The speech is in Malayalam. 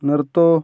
നിർത്തൂ